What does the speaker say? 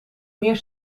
meer